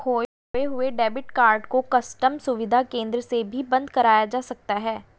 खोये हुए debit card को कस्टम सुविधा केंद्र से भी बंद कराया जा सकता है